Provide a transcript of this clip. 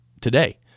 today